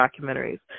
documentaries